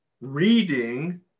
reading